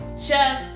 chef